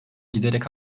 giderek